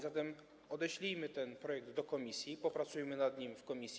Zatem odeślijmy ten projekt do komisji, popracujmy nad nim w komisji.